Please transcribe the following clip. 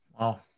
Wow